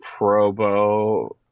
probo